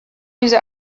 diese